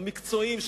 המקצועיים,